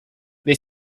they